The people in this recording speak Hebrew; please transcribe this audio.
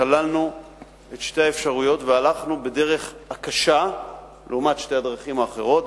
שללנו את שתי האפשרויות והלכנו בדרך הקשה לעומת שתי הדרכים האחרות,